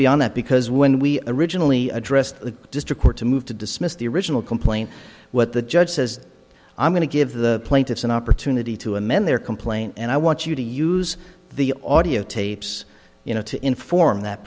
beyond that because when we originally addressed the district court to move to dismiss the original complaint what the judge says i'm going to give the plaintiffs an opportunity to amend their complaint and i want you to use the audiotapes you know to inform that